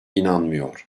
inanmıyor